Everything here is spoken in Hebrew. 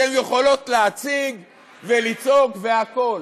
אתן יכולות להציג ולצעוק והכול,